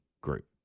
group